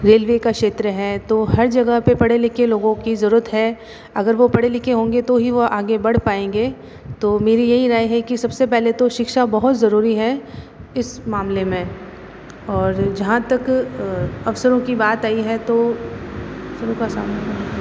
railway का क्षेत्र है तो हर जगह पे पढ़े लिखे लोगों की ज़रूरत है अगर वो पढ़े लिखे होंगे तो ही वह आगे बढ़ पाएंगे तो मेरी ये ही राय है कि सबसे पहले तो शिक्षा बहुत जरूरी है इस मामले में और जहाँ तक अवसरों की बात आई है तो